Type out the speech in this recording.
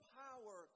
power